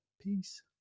Peace